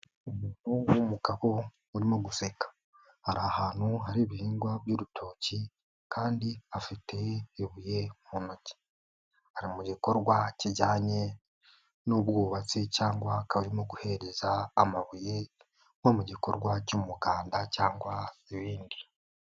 Umuntu w'umugabo urimo guseka, ari ahantu hari ibihingwa by'urutoki kandi afite ibuye mu ntoki, ari mu gikorwa kijyanye n'ubwubatsi cyangwa akaba arimo guhereza amabuye nko mu gikorwa cy'umuganda cyangwa ibindi.